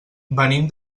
venim